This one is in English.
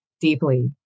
deeply